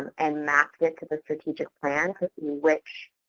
and mapped it to the strategic plan to see which